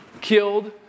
killed